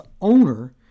owner